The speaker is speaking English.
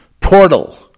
portal